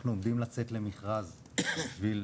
אנחנו עומדים לצאת למכרז בשביל